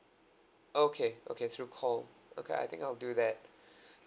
okay okay through call okay I think I'll do that